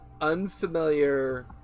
unfamiliar